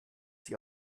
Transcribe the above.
sich